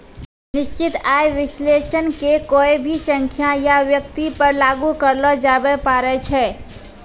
निश्चित आय विश्लेषण के कोय भी संख्या या व्यक्ति पर लागू करलो जाबै पारै छै